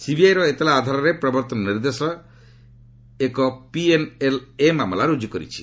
ସିବିଆଇର ଏତଲା ଆଧାରରେ ପ୍ରବର୍ତ୍ତନ ନିର୍ଦ୍ଦେଶାଳୟ ଏକ ପିଏନ୍ଏଲ୍ଏ ମାମଲା ରୁଜୁ କରିଛି